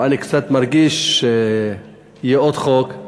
אני קצת מרגיש שיהיה עוד חוק,